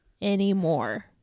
anymore